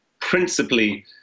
principally